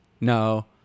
no